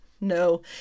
No